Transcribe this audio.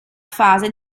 fase